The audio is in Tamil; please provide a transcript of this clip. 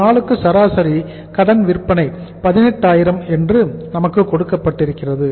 ஒரு நாளுக்கு சராசரி கடன் விற்பனை 18000 என்று நமக்கு கொடுக்கப்பட்டிருக்கிறது